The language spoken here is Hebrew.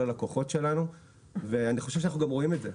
הלקוחות שלנו ואני חושב שאנחנו גם רואים את זה.